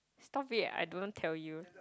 stop it I didn't tell you